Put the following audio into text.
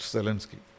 Zelensky